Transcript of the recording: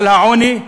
על העוני,